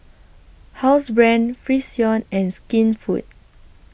Housebrand Frixion and Skinfood